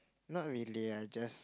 not really I just